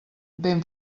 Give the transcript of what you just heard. ben